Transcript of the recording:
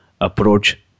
approach